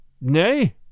Nay